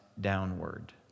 downward